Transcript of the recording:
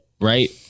Right